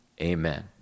amen